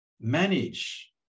manage